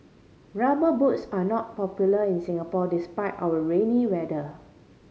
Rubber Boots are not popular in Singapore despite our rainy weather